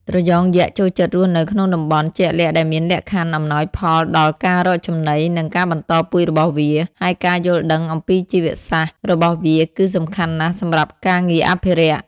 ត្រយងយក្ស ចូលចិត្តរស់នៅក្នុងតំបន់ជាក់លាក់ដែលមានលក្ខខណ្ឌអំណោយផលដល់ការរកចំណី និងការបន្តពូជរបស់វា ហើយការយល់ដឹងអំពីជីវសាស្ត្ររបស់វាគឺសំខាន់ណាស់សម្រាប់ការងារអភិរក្ស។